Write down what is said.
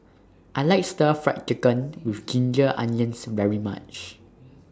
I like Stir Fry Chicken with Ginger Onions very much